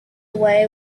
away